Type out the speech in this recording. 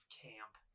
camp